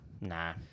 Nah